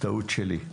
טעות שלי.